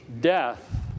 death